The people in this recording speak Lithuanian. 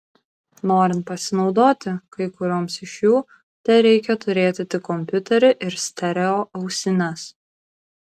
norint pasinaudoti kai kurioms iš jų tereikia turėti tik kompiuterį ir stereo ausines